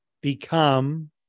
become